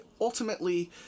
ultimately